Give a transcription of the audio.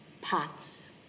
pots